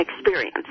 experience